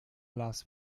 las